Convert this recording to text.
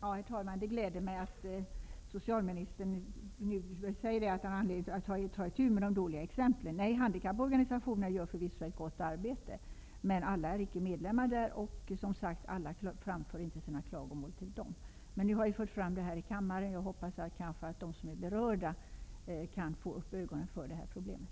Herr talman! Det gläder mig att socialministern nu säger att han har anledning att ta itu med de dåliga exemplen. Handikapporganisationerna gör förvisso ett gott arbete, men alla är icke medlemmar där och alla framför inte sina klagomål till dem. Nu har jag framfört detta här i kammaren, och jag hoppas att de som är berörda får upp ögonen för problemen.